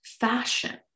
fashion